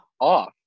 off